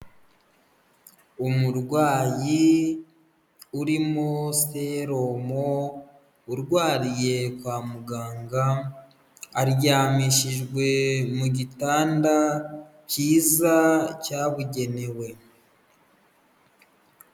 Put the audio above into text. Umurwayi urimo serumu urwariye kwa muganga, aryamishijwe mu gitanda cyiza cyabugenewe.